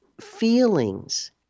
feelings